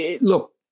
Look